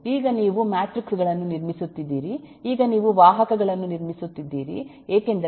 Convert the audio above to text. ಈಗ ನೀವು ಮ್ಯಾಟ್ರಿಕ್ಸ್ ಗಳನ್ನು ನಿರ್ಮಿಸುತ್ತಿದ್ದೀರಿ ಈಗ ನೀವು ವಾಹಕಗಳನ್ನು ನಿರ್ಮಿಸುತ್ತಿದ್ದೀರಿ ಏಕೆಂದರೆ ನೀವು ಮ್ಯಾಟ್ ಲ್ಯಾಬ್ ಮಾಡುತ್ತಿದ್ದೀರಿ